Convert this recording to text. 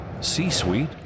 C-Suite